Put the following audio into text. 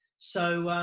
so,